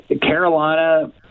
Carolina